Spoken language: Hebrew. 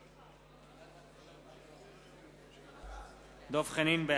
דניאל הרשקוביץ, נגד מגלי והבה,